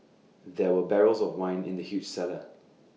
there were barrels of wine in the huge cellar